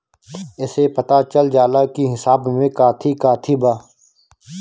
एसे पता चल जाला की हिसाब में काथी काथी बा